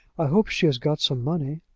i hope she has got some money.